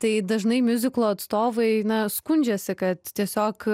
tai dažnai miuziklo atstovai na skundžiasi kad tiesiog